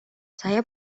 saya